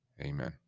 Amen